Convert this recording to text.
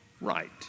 right